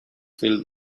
filled